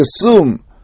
assume